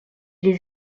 des